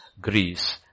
Greece